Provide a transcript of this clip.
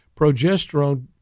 Progesterone